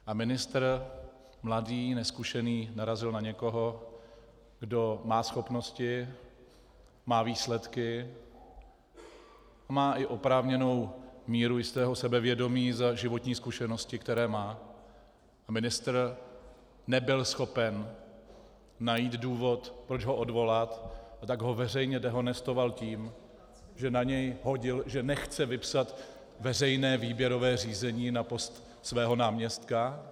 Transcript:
A ministr, mladý, nezkušený, narazil na někoho, kdo má schopnosti, má výsledky a má i oprávněnou míru jistého sebevědomí za životní zkušenosti, které má, a ministr nebyl schopen najít důvod, proč ho odvolat, a tak ho veřejně dehonestoval tím, že na něj hodil, že nechce vypsat veřejné výběrové řízení na post svého náměstka.